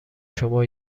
شما